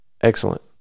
Excellent